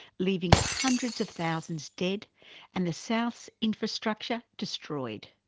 leaving hundreds of thousands dead and the south's infrastructure destroyed.